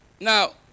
Now